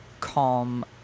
calm